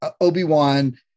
Obi-Wan